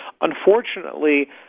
Unfortunately